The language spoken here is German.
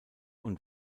und